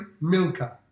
Milka